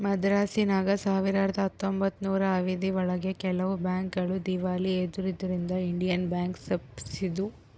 ಮದ್ರಾಸಿನಾಗ ಸಾವಿರದ ಹತ್ತೊಂಬತ್ತನೂರು ಅವಧಿ ಒಳಗ ಕೆಲವು ಬ್ಯಾಂಕ್ ಗಳು ದೀವಾಳಿ ಎದ್ದುದರಿಂದ ಇಂಡಿಯನ್ ಬ್ಯಾಂಕ್ ಸ್ಪಾಪಿಸಿದ್ರು